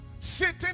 Sitting